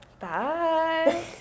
Bye